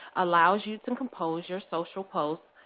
allows you to and compose your social posts,